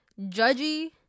judgy